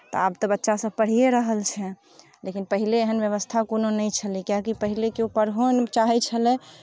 तऽ आब तऽ बच्चा सभ पढ़िए रहल छै लेकिन पहिले एहन व्यवस्था कोनो नहि छलै किआकि पहिले केओ पढ़ओ नहि चाहैत छलै